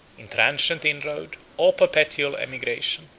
in transient inroad or perpetual emigration.